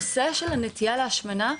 לנושא הנטייה להשמנה,